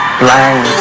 blind